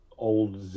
old